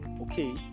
okay